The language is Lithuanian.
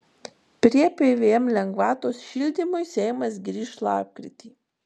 prie pvm lengvatos šildymui seimas grįš lapkritį